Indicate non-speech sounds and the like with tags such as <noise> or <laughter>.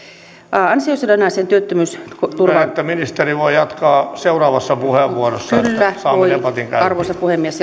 ansiosidonnaiseen työttömyysturvaan kyllä voin arvoisa puhemies <unintelligible>